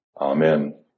Amen